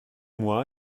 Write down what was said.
moi